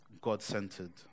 God-centered